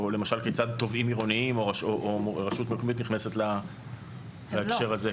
או למשל כיצד תובעים עירוניים או רשות מקומית נכנסת להקשר הזה?